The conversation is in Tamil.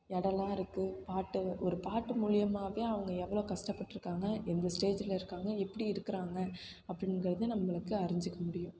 இடோல்லாம் இருக்குது பாட்டு ஒரு பாட்டு மூலிமாவே அவங்க எவ்வளோ கஷ்டப்பட்ருக்காங்க எந்த ஸ்டேஜில் இருக்காங்க எப்படி இருக்கிறாங்க அப்படின்கிறத நம்மளுக்கு அறிஞ்சிக்க முடியும்